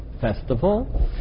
festival